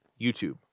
YouTube